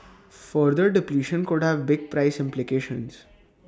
further depletion could have big price implications